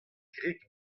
grik